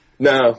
No